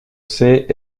sais